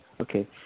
Okay